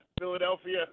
Philadelphia